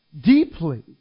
deeply